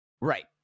Right